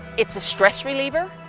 it's a stress reliever.